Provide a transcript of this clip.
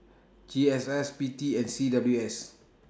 G S S P T and C W S